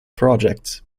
projects